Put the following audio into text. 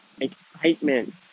excitement